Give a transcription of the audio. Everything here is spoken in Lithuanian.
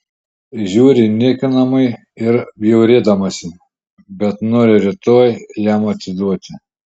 žiūri niekinamai ir bjaurėdamasi bet nori rytoj jam atsiduoti